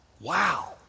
wow